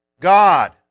God